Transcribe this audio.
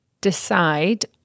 decide